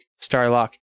Starlock